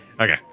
Okay